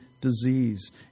disease